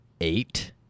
eight